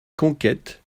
conquêtes